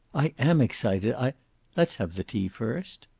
i am excited i let's have the tea first.